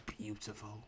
beautiful